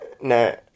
No